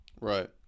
right